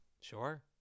sure